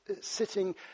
sitting